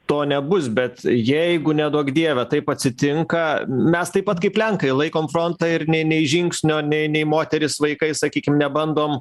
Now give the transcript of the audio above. to nebus bet jeigu neduok dieve taip atsitinka mes taip pat kaip lenkai laikom frontą ir nei nei žingsnio nei nei moterys vaikai sakykim nebandom